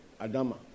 Adama